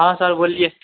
हा सर बोलिए